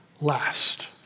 last